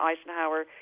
Eisenhower